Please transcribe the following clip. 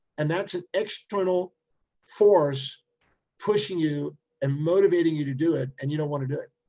and that's an external force pushing you and motivating you to do it. and you don't want to do it.